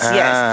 yes